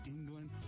England